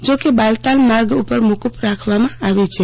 જોકે બાલતાલ માર્ગ ઉપર મોકુફ રાખવામાં આવી છે